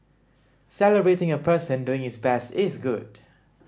celebrating a person doing his best is good